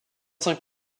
cinq